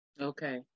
Okay